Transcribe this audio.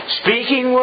speaking